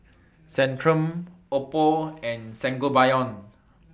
Centrum Oppo and Sangobion